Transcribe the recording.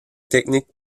techniques